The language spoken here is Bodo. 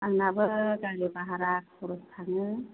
आंनाबो गारि भारा खरस थाङो